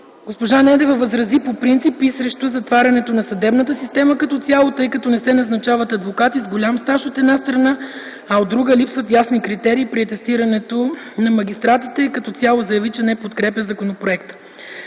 Госпожа Недева възрази по принцип и срещу затварянето на съдебната система като цяло, тъй като не се назначават адвокати с голям стаж, от една страна, а от друга – липсват ясни критерии при атестирането на магистратите и като цяло заяви, че не подкрепя законопроекта.